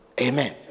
Amen